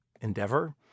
endeavor